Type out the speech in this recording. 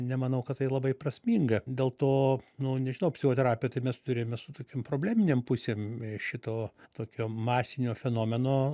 nemanau kad tai labai prasminga dėl to nu nežinau psichoterapijo tai mes turime su tokiom probleminėm pusėm šito tokio masinio fenomeno